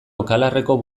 okalarreko